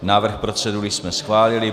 Návrh procedury jsme schválili.